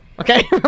Okay